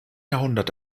jahrhundert